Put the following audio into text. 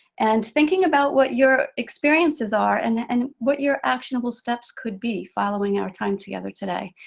and thinking about what your experiences are, and and what your actionable steps could be following our time together today.